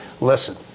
Listen